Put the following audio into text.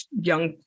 young